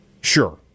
Sure